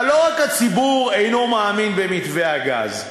אבל לא רק הציבור אינו מאמין במתווה הגז,